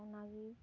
ᱚᱱᱟ ᱜᱮ